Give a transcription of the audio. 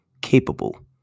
capable